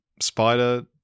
spider